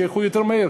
שילכו יותר מהר.